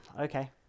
okay